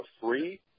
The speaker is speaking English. free